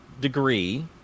degree